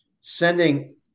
sending –